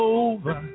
over